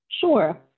Sure